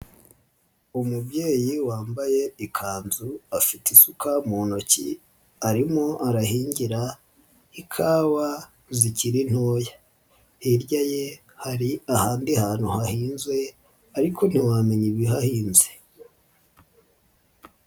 Umubyeyi wambaye ikanzu afite isuka mu ntoki arimo arahingira ikawa zikiri ntoya, hirya ye hari ahandi hantu hahinzwe ariko ntiwamenya ibihahinze.